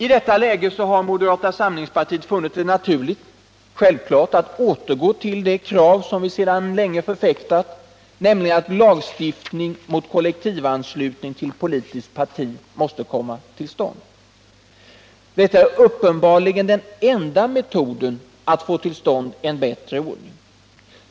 I detta läge har moderata samlingspartiet självfallet funnit det naturligt att återgå till det krav som vi sedan länge förfäktat, nämligen lagstiftning mot kollektiv anslutning till politiskt parti. Detta är uppenbarligen den enda metoden att få till stånd en bättre ordning.